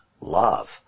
love